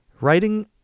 writing